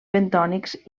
bentònics